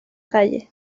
calle